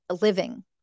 living